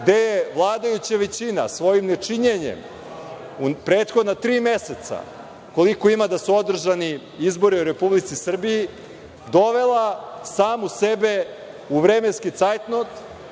gde je vladajuća većina svojim ne činjenjem u prethodna tri meseca, koliko ima da su održani izbori u Republici Srbiji, dovela samu sebe u vremenski cajtnot